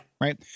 Right